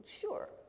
Sure